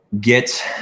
get